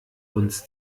uns